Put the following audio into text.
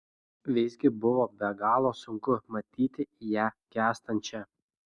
visgi buvo be galo sunku matyti ją gęstančią